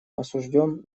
осужден